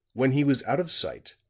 when he was out of sight,